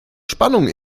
spannung